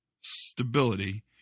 stability